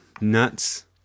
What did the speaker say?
nuts